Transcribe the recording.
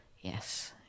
yes